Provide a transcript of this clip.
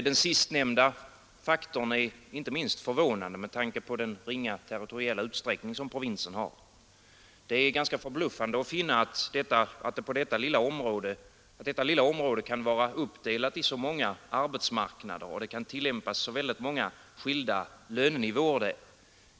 Den sistnämnda faktorn är inte minst förvånande med tanke på den ringa utsträckning som provinsen har. Det är ganska förbluffande att finna att detta lilla område kan vara uppdelat i så många arbetsmarknader och att det där kan tillämpas så många skilda lönenivåer.